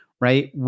right